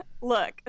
Look